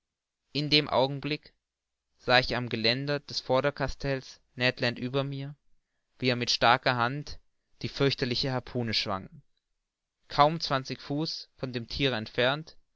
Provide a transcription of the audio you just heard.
in dem augenblick sah ich am geländer des vorderkastells ned land über mir wie er mit starker hand die fürchterliche harpune schwang kaum zwanzig fuß von dem thiere entfernt